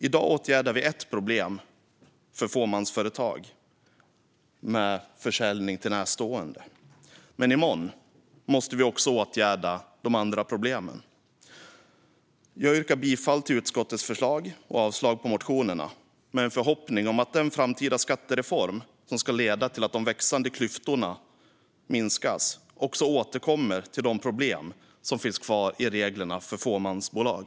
I dag åtgärdar vi ett problem för fåmansföretag när det gäller försäljning till närstående, men i morgon måste vi åtgärda även de andra problemen. Jag yrkar bifall till utskottets förslag och avslag på motionerna, med en förhoppning om att den framtida skattereform som ska leda till att de växande klyftorna minskas återkommer till de problem som finns kvar i reglerna för fåmansbolag.